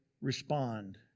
respond